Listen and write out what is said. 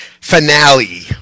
finale